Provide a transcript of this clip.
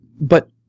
But-